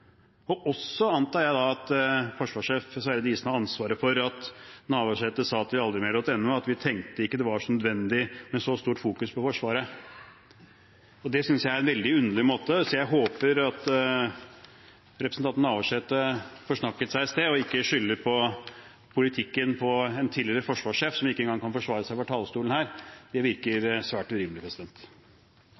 Diesen også har ansvaret for at Navarsete sa til aldrimer.no at de «tenkte ikke at det var nødvendig med så stort fokus på Forsvaret». Det synes jeg er veldig underlig, så jeg håper at representanten Navarsete forsnakket seg i sted og ikke skylder på politikken til en tidligere forsvarssjef, som ikke engang kan forsvare seg fra talerstolen her. Det virker svært urimelig.